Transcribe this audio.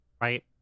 Right